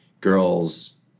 girls